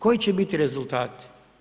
Koji će biti rezultati?